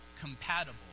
compatible